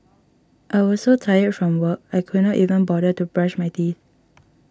I was so tired from work I could not even bother to brush my teeth